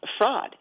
fraud